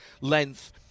length